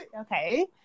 Okay